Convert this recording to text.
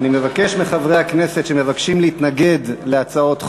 אני מבקשת להוסיף את קולי.